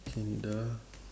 K ni dah